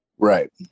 Right